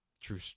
True